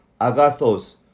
agathos